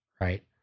right